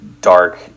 dark